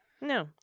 No